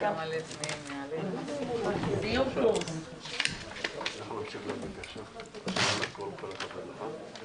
ננעלה בשעה 13:00.